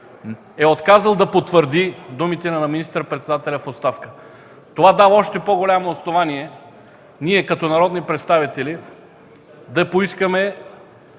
е отказал да потвърди думите на министър-председателя в оставка. Това дава още по-голямо основание ние като народни представители, да поискаме